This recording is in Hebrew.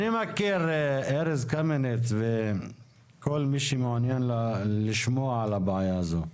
ארז קמיניץ וכל מי שמעוניין לשמוע על הבעיה הזו,